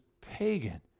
pagan